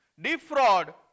Defraud